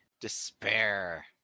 despair